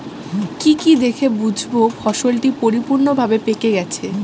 কি কি দেখে বুঝব ফসলটি পরিপূর্ণভাবে পেকে গেছে?